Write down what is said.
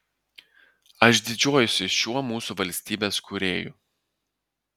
aš didžiuojuosi šiuo mūsų valstybės kūrėju